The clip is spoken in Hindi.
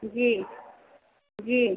जी जी